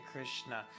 Krishna